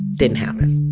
didn't happen